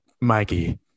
Mikey